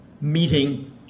meeting